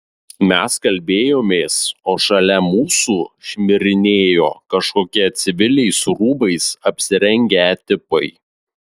mes kalbėjomės o šalia mūsų šmirinėjo kažkokie civiliais rūbais apsirengę tipai